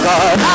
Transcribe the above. God